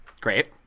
great